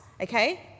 okay